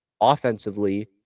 offensively